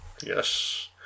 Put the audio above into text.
Yes